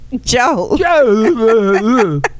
Joe